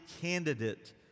candidate